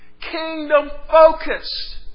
kingdom-focused